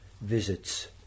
visits